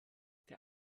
der